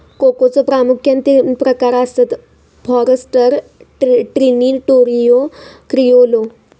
कोकोचे प्रामुख्यान तीन प्रकार आसत, फॉरस्टर, ट्रिनिटारियो, क्रिओलो